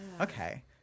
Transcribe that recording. okay